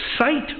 sight